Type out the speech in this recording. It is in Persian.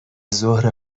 زهره